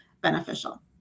beneficial